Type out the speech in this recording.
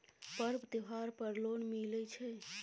पर्व त्योहार पर लोन मिले छै?